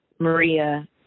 Maria